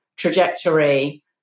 trajectory